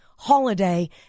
holiday